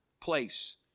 place